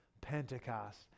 Pentecost